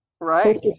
Right